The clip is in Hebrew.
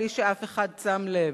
בלי שאף אחד שם לב,